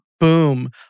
Boom